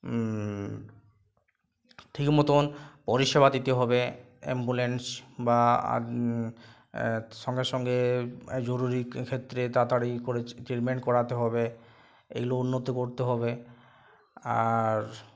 ঠিক মতোন পরিষেবা দিতে হবে অ্যাম্বুলেন্স বা আর সঙ্গে সঙ্গে জরুরি ক্ষেত্রে তাড়াতাড়ি করে চ ট্রিটমেন্ট করাতে হবে এইগুলো উন্নত করতে হবে আর